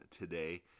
today